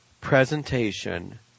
presentation